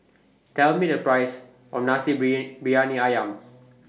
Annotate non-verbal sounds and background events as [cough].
Tell Me The Price of Nasi [unintelligible] Briyani Ayam